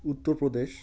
Uttar Pradesh